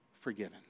forgiven